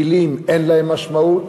מילים, אין להן משמעות.